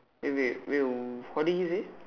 eh wait wait what did he say